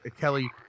Kelly